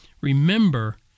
remember